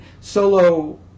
Solo